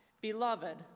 Beloved